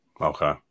Okay